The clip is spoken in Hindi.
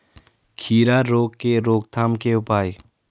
खीरा रोग के रोकथाम के उपाय?